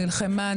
נלחמה,